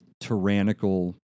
tyrannical